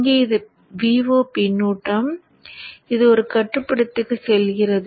இங்கே இது Vo பின்னூட்டம் இது ஒரு கட்டுப்படுத்திக்கு செல்கிறது